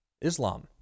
Islam